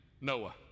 Noah